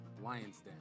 Lionsden